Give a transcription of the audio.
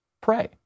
pray